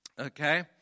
Okay